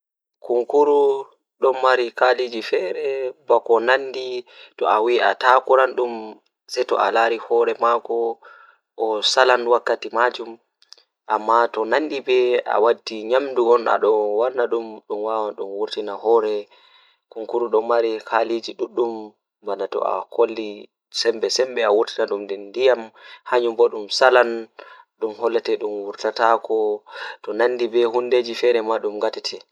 Turtelji ɓe njifti ko tawii e hoore mum ko ɓe njangol njiyam. ɓe njangol ko tawii e njangol kaɓe jooɗi fi njeldu ɗum waawti njiyam, kadi ɓe njangol fiye, kadi ɓe waawi njifti ɓe.